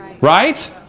Right